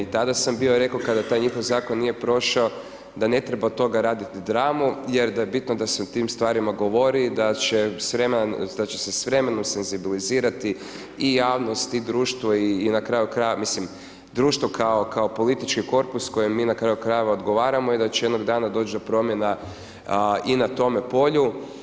I tada sam bio rekao kada taj njihov zakon nije prošao da ne treba od toga raditi dramu jer da je bitno da se o tim stvarima govori i da će se s vremenom senzibilizirati i javnost i društvo i na kraju krajeva, mislim društvo kao politički korpus kojem mi na kraju krajeva odgovaramo i da će jednog dana doći do promjena i na tome polju.